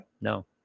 No